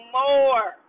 more